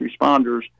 responders